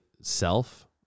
self